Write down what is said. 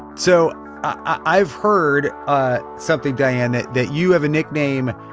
so i've heard ah something, diane that that you have a nickname,